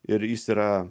ir jis yra